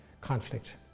conflict